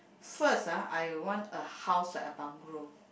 first ah I want a house like a bungalow